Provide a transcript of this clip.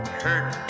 hurt